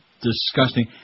disgusting